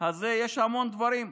הזה יש המון דברים.